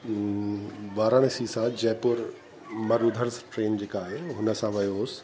वाराणसी सां जयपुर मरूधर्स ट्रेन जेका आहे हुन सां वियो हुउसि